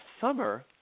summer